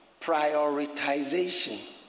prioritization